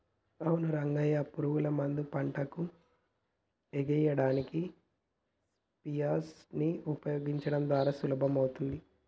అవును రంగయ్య పురుగుల మందు పంటకు ఎయ్యడానికి స్ప్రయెర్స్ నీ ఉపయోగించడం ద్వారా సులభమవుతాది